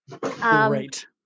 Great